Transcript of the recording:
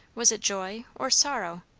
was it joy or sorrow?